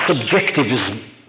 subjectivism